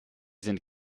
sind